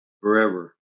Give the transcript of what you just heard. Forever